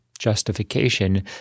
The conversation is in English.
justification